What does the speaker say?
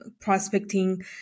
prospecting